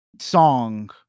song